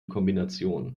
kombination